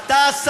אתה,